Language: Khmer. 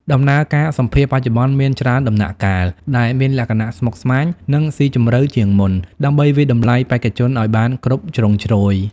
ដំណើរការសម្ភាសន៍បច្ចុប្បន្នមានច្រើនដំណាក់កាល ដែលមានលក្ខណៈស្មុគស្មាញ និងស៊ីជម្រៅជាងមុន ដើម្បីវាយតម្លៃបេក្ខជនឲ្យបានគ្រប់ជ្រុងជ្រោយ។